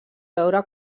veure